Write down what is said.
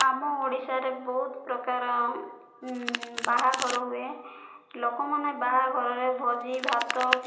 ଆମ ଓଡ଼ିଶାରେ ବହୁତ ପ୍ରକାର ବାହାଘର ହୁଏ ଲୋକମାନେ ବାହାଘରରେ ଭୋଜି ଭାତ